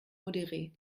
modérée